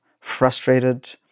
frustrated